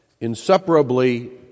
inseparably